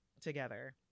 together